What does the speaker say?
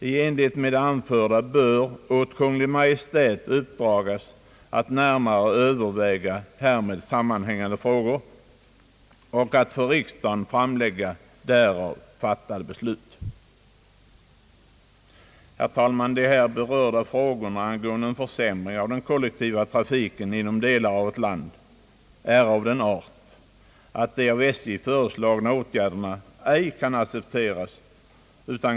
I enlighet med det anförda bör åt Kungl. Maj:t uppdragas att närmare överväga härmed sammanhängande frågor samt att för riksdagen framlägga därav föranledda förslag.» Herr talman! De här berörda frågorna angående en försämring av den kollektiva trafiken i vårt land är av den art, att de av SJ föreslagna åtgärderna ej kan accepteras.